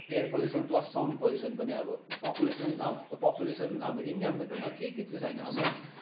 air pollution plus sound pollution पनि अबि population population अब इन्डियामा त अब के के चाहिँ छैन अब